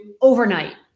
overnight